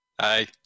Hi